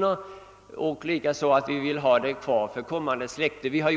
någon generation rent av kan vara helt försvunna ur vår fauna.